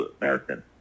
American